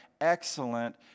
excellent